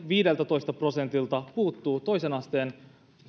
viideltätoista prosentilta puuttuu toisen asteen